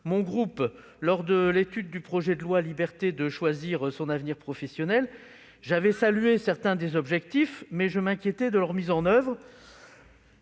mon groupe lors de l'examen du projet de loi pour la liberté de choisir son avenir professionnel, j'avais salué certains des objectifs tout en m'inquiétant de leur mise en oeuvre.